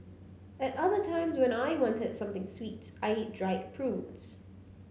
at other times when I wanted something sweet I eat dried prunes